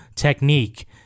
technique